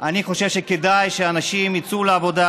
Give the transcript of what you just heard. אני חושב שכדאי שהנשים יצאו לעבודה